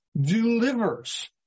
delivers